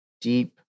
deep